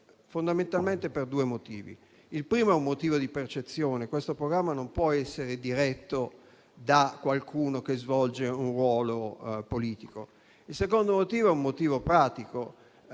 fondamentalmente per due motivi. Il primo è un motivo di percezione: il programma non può essere diretto da qualcuno che svolge un ruolo politico; il secondo motivo è pratico: